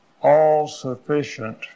all-sufficient